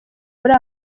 muri